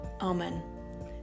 Amen